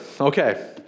Okay